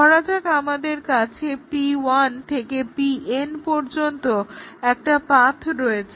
ধরা যাক আমাদের কাছে p1 থেকে pn পর্যন্ত একটা পাথ রয়েছে